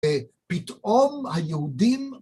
פתאום היהודים